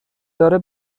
داره